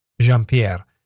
Jean-Pierre